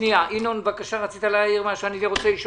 כן לאשר את